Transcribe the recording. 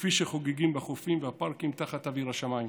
וכפי שחוגגים בחופים ובפארקים תחת אוויר השמיים.